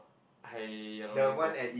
I I don't think so